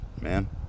man